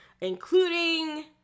Including